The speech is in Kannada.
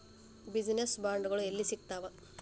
ಬಿಜಿನೆಸ್ ಬಾಂಡ್ಗಳು ಯೆಲ್ಲಿ ಸಿಗ್ತಾವ?